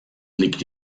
liegt